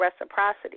reciprocity